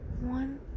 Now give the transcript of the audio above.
one